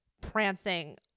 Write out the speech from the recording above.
prancing